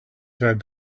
said